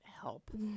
help